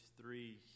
three